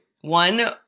One